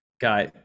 got